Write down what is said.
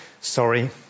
sorry